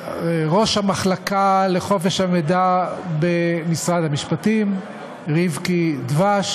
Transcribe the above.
ראש המחלקה לחופש המידע במשרד המשפטים רבקי דבש